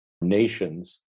nations